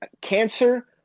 cancer